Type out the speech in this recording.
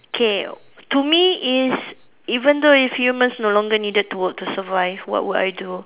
K to me is even though if you must no longer needed to work to survive what would I do